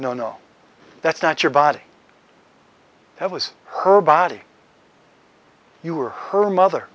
no no that's not your body it was her body you were her mother